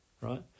right